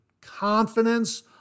Confidence